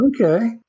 Okay